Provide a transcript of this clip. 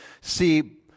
see